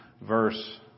verse